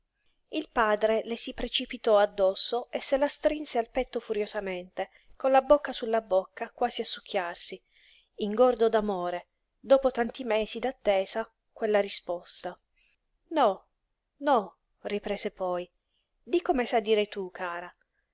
il padre le si precipitò addosso e se la strinse al petto furiosamente con la bocca sulla bocca quasi a succhiarsi ingordo d'amore dopo tanti mesi d'attesa quella risposta no no riprese poi di come sai dire tu cara